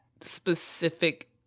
specific